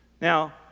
Now